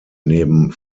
neben